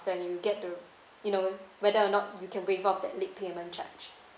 then you get to you know whether or not you can waive off that late payment charge